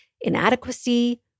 inadequacy